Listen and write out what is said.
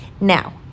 Now